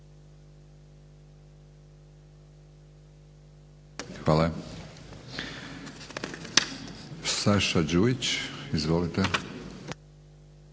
replike. Saša Đujić. Izvolite.